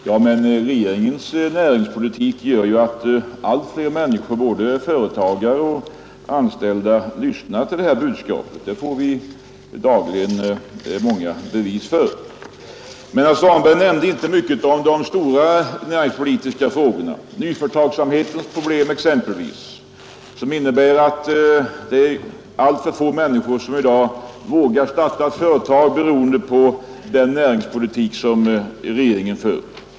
Ja, men regeringens näringspolitik gör att allt flera människor, både företagare och anställda, lyssnar till dessa budskap. Det får vi dagligen många bevis för. Herr Svanberg nämnde inte mycket om de stora näringspolitiska frågorna, exempelvis nyföretagsamhetens problem, som innebär att alltför få människor i dag vågar starta ett företag beroende på den näringspolitik som regeringen för.